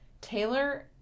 Taylor